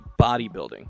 bodybuilding